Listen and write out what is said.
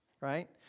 right